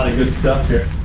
good stuff here.